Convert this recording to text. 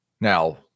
Now